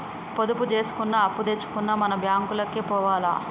పొదుపు జేసుకున్నా, అప్పుదెచ్చుకున్నా మన బాంకులకే పోవాల